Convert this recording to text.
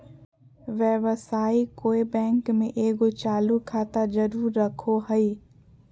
व्यवसायी कोय बैंक में एगो चालू खाता जरूर रखो हइ